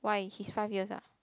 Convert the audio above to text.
why he's five years ah